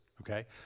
Okay